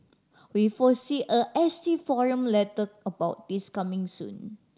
we foresee a S T forum letter about this coming soon